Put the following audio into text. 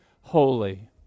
holy